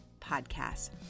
podcast